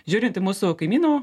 žiūrint į mūsų kaimynų